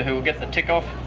and will get the tick-off,